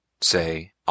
say